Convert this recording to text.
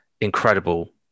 incredible